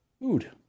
Food